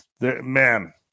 Man